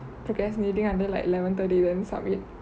procastinating until like eleven thirty then submit